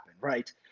right